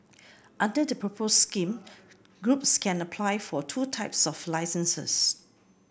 under the proposed scheme groups can apply for two types of licences